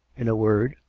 in a word,